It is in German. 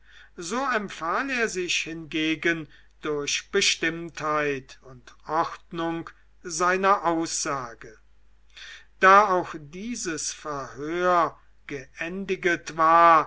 so empfahl er sich hingegen durch bestimmtheit und ordnung seiner aussage da auch dieses verhör geendiget war